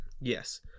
Yes